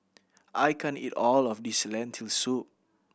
I can't eat all of this Lentil Soup